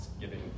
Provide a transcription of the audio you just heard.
giving